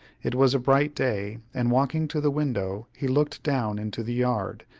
it was a bright day, and walking to the window, he looked down into the yard,